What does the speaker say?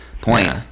point